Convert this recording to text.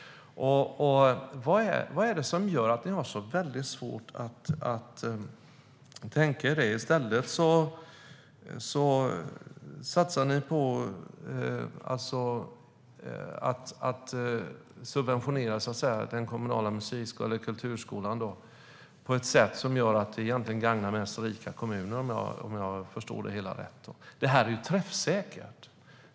Vad är det som gör att ni har så väldigt svårt att tänka er det? I stället satsar ni på att subventionera kulturskolan på ett sådant sätt att det egentligen mest gagnar rika kommuner om jag förstår det hela rätt. Detta är träffsäkert.